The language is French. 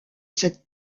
cette